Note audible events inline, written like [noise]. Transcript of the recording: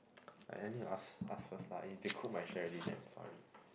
[noise] !aiya! need to ask ask first lah if they cook my share already then sorry